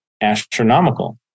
astronomical